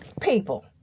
people